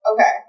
Okay